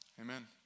Amen